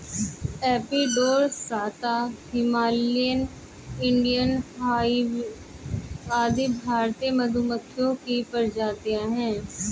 Apis dorsata, Himalayan, Indian hive आदि भारतीय मधुमक्खियों की प्रजातियां है